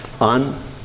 on